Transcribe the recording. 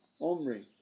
Omri